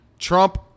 Trump